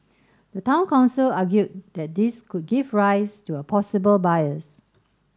the Town Council argued that this could give rise to a possible bias